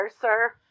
sir